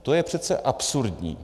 To je přece absurdní.